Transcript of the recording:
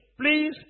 please